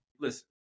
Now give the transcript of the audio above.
listen